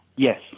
Yes